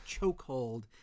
chokehold